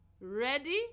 Ready